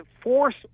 force